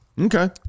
Okay